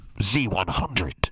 Z100